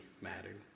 mattered